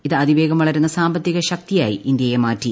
ഇത് അതിവേഗം വളരുന്ന സാമ്പത്തിക ശക്തിയായി ഇന്ത്യയെ മാറ്റി